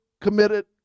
committed